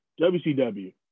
WCW